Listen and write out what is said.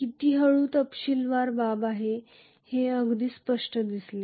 किती हळूहळू तपशीलवार बाब आहे हे अगदी स्पष्टपणे दिसते